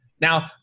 now